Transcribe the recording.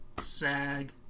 Sag